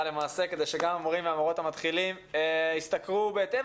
למעשה כדי שגם המורים והמורות המתחילים ישתכרו בהתאם.